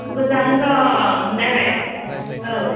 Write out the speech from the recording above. मोजाङानो दं नोंनालाय औ